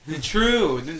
True